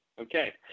okay